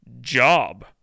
job